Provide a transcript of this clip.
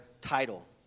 title